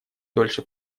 дольше